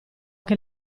che